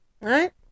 right